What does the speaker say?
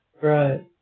Right